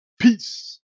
Peace